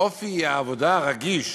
אופי העבודה הרגיש,